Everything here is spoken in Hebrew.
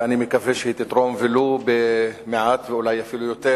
ואני מקווה שהיא תתרום ולו במעט ואולי אפילו יותר